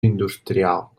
industrial